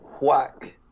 whack